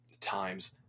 times